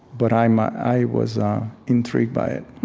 but i'm i i was intrigued by it